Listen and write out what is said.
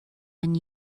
and